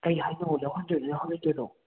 ꯀꯩ ꯍꯥꯏꯅꯣ ꯎꯍꯟꯗꯣꯏꯔꯣ ꯌꯥꯎꯍꯟꯂꯣꯏꯗꯣꯏꯔꯣ